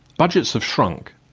budgets have shrunk,